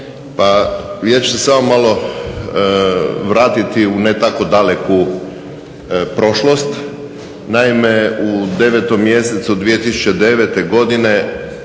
Pa ja ću se samo malo vratiti u ne tako daleku prošlost, naime u 9. mjesecu 2009. godine